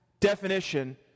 definition